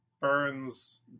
Burns